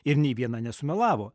ir nei viena nesumelavo